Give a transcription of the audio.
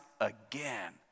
again